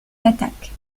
l’attaque